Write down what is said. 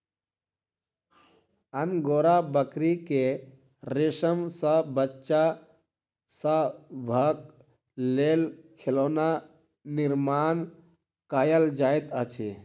angora बकरी के रेशम सॅ बच्चा सभक लेल खिलौना निर्माण कयल जाइत अछि